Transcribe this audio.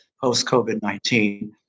post-COVID-19